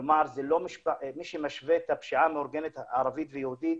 כלומר מי שמשווה את הפשיעה המאורגנת הערבית והיהודית,